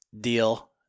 deal